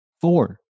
Four